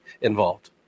involved